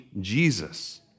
Jesus